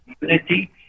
unity